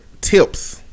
Tips